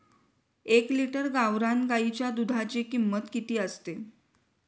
एक लिटर गावरान गाईच्या दुधाची किंमत किती असते?